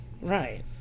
Right